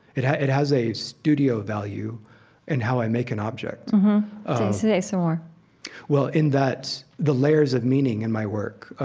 it has it has a studio value in how i make an object mm-hmm. say some more well, in that the layers of meaning in my work